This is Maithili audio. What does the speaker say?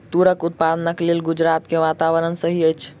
तूरक उत्पादनक लेल गुजरात के वातावरण सही अछि